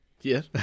Yes